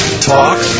talk